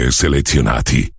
selezionati